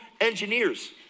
engineers